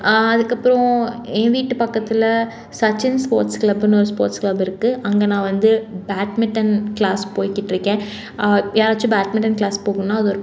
அதற்கப்பறம் என் வீட்டு பக்கத்தில் சச்சின்ஸ் ஸ்போர்ட்ஸ் கிளப்ன்னு ஒரு ஸ்போர்ட்ஸ் கிளப் இருக்கு அங்கே நான் வந்து பேட்மிட்டன் க்ளாஸ் போய்க்கிட்ருக்கேன் யாராச்சும் பேட்மிட்டன் க்ளாஸ் போகணுன்னா அது ஒரு